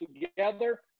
together